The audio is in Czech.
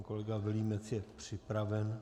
Pan kolega Vilímec je připraven.